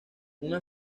una